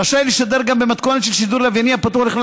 רשאי לשדר גם במתכונת של שידור לווייני הפתוח לכלל